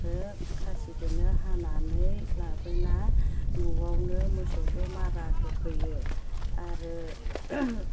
आरो खासिदोनो हानानै लाबोना न'आवनो मोसौदो मारा होफैयो आरो